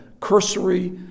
cursory